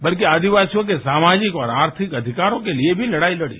बल्कि आदिवासियों के सामाजिक और आर्थिक अधिकारों के लिए भी लड़ाई लड़ी